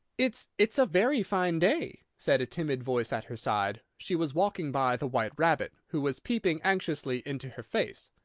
it's it's a very fine day! said a timid voice at her side. she was walking by the white rabbit, who was peeping anxiously into her face.